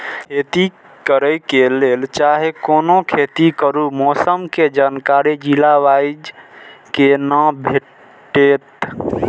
खेती करे के लेल चाहै कोनो खेती करू मौसम के जानकारी जिला वाईज के ना भेटेत?